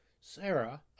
Sarah